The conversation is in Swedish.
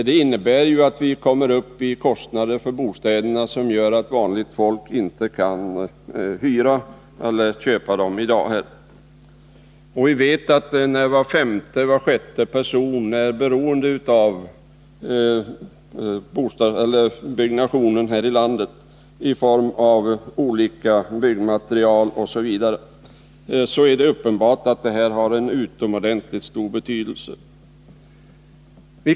Vi kommer ju uppi bostadskostnader som gör det omöjligt för vanligt folk att hyra eller att köpa bostad. När var femte eller sjätte person är beroende av byggandet här i landet, det gäller olika byggmaterial m.m., är det uppenbart att den här frågan är av utomordentligt stor betydelse.